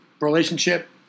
relationship